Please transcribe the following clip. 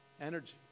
energy